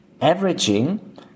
averaging